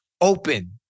open